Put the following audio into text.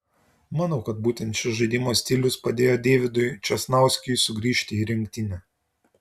manau kad būtent šis žaidimo stilius padėjo deividui česnauskiui sugrįžti į rinktinę